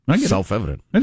Self-evident